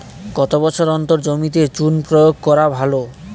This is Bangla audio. কত বছর অন্তর জমিতে চুন প্রয়োগ করা ভালো?